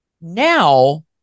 Now